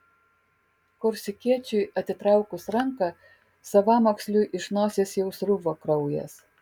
korsikiečiui atitraukus ranką savamoksliui iš nosies jau sruvo kraujas